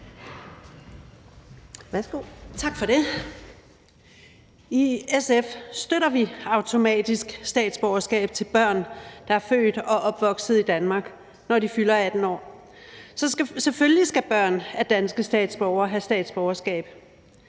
I SF støtter vi automatisk statsborgerskab til børn, der er født og opvokset i Danmark, når de fylder 18 år. Selvfølgelig skal børn af danske statsborgere have statsborgerskab.